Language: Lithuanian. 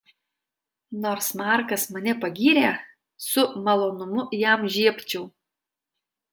nors markas mane pagyrė su malonumu jam žiebčiau